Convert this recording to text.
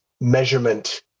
measurement